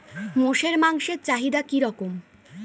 মোষের মাংসের চাহিদা কি রকম?